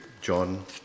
John